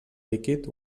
líquid